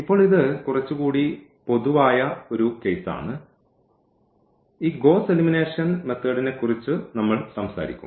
ഇപ്പോൾ ഇത് കുറച്ചുകൂടി പൊതുവായ ഒരു കേസാണ് ഈ ഗ്വോസ്സ് എലിമിനേഷൻ മെത്തേഡിനെക്കുറിച്ചു നമ്മൾ സംസാരിക്കും